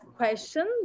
question